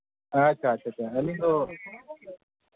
ᱟᱪᱪᱷᱟ ᱟᱪᱪᱷᱟ ᱟᱹᱞᱤᱧ ᱫᱚ